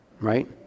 right